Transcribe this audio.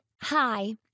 Hi